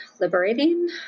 Liberating